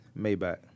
Maybach